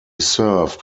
served